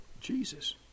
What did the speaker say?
Jesus